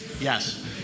Yes